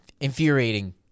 infuriating